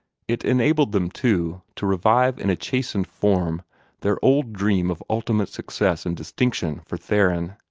it enabled them, too, to revive in a chastened form their old dream of ultimate success and distinction for theron.